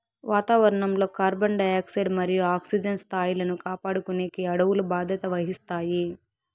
వాతావరణం లో carbon dioxide మరియు ఆక్సిజన్ స్థాయిలను కాపాడుకునేకి అడవులు బాధ్యత వహిస్తాయి